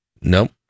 Nope